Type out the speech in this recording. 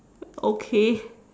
okay